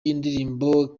y’indirimbo